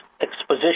exposition